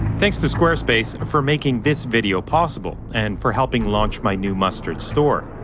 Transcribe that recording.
thanks to squarespace for making this video possible and for helping launch my new mustard store.